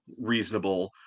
reasonable